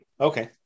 Okay